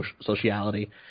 sociality